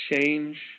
change